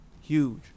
huge